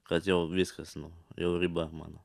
kad jau viskas nu jau riba mano